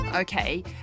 Okay